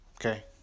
okay